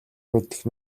мэдэх